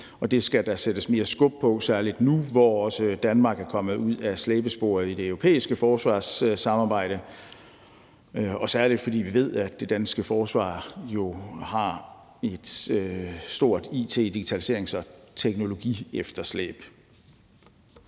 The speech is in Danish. det skal der sættes mere skub på, særlig nu, hvor Danmark er kommet ud af slæbesporet i det europæiske forsvarssamarbejde, og særlig fordi vi ved, at det danske forsvar jo har et stort it-, digitaliserings- og teknologiefterslæb.